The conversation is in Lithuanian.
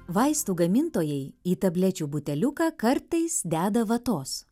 vaistų gamintojai į tablečių buteliuką kartais deda vatos